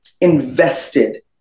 invested